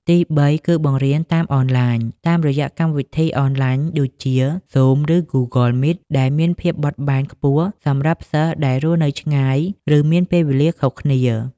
ទីបី គឺបង្រៀនតាមអនឡាញ តាមរយៈកម្មវិធីអនឡាញដូចជា Zoom ឬ Google Meet ដែលមានភាពបត់បែនខ្ពស់សម្រាប់សិស្សដែលរស់នៅឆ្ងាយ ឬមានពេលវេលាខុសគ្នា។